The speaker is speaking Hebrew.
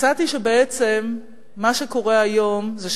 מצאתי שבעצם מה שקורה היום הזה,